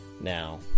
Now